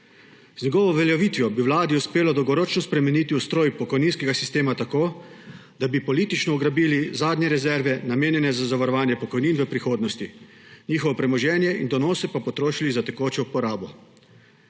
Z njegovo uveljavitvijo bi vladi uspelo dolgoročno spremeniti ustroj pokojninskega sistema tako, da bi politično ugrabili zadnje rezerve, namenjene za zavarovanje pokojnin v prihodnosti, njihovo premoženje in donose pa potrošili za tekočo uporabo,